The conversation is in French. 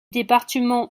département